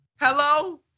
hello